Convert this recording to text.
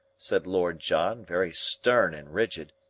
said lord john, very stern and rigid,